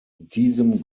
diesem